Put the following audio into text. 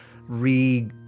re